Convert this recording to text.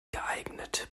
geeignet